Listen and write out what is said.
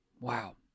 wow